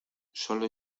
sólo